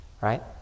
right